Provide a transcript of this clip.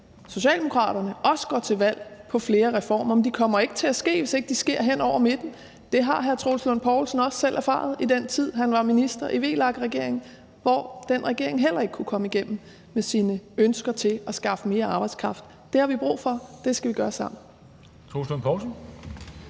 Socialdemokraterne også går til valg på flere reformer, men de kommer ikke til at ske, hvis ikke de sker hen over midten. Det har hr. Troels Lund Poulsen også selv erfaret i den tid, han var minister i VLAK-regeringen, hvor den regering heller ikke kunne komme igennem med sine ønsker til at skaffe mere arbejdskraft. Det har vi brug for, det skal vi gøre sammen.